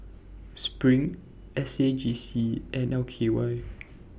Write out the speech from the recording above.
SPRING S A J C and L K Y